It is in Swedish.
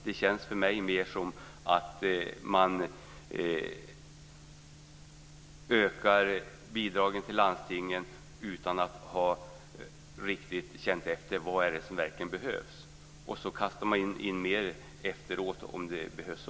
Det känns för mig mer som om man ökar bidragen till landstingen utan att riktigt ha känt efter vad det är som verkligen behövs. Och så kastar man in mer efteråt om det behövs.